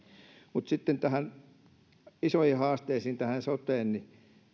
mutta sitten isoihin haasteisiin tähän soteen